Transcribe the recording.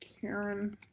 Karen